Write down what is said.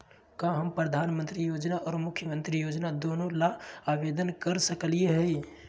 का हम प्रधानमंत्री योजना और मुख्यमंत्री योजना दोनों ला आवेदन कर सकली हई?